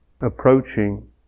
approaching